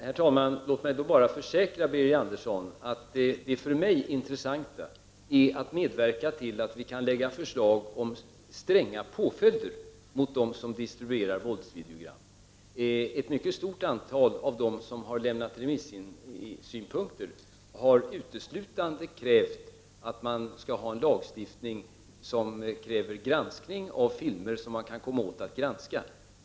Herr talman! Låt mig bara försäkra Birger Andersson att det för mig intressanta är att medverka till att vi kan lägga fram förslag om stränga påföljder mot dem som distribuerar våldsvideogram. Ett mycket stort antal av dem som har lämnat remissynpunkter har uteslutande krävt att man skall ha en lagstiftning, som stadgar granskning av filmer som man kan komma åt att granska.